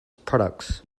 products